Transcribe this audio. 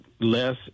less